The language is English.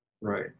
right